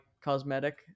cosmetic